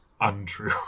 untrue